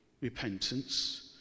repentance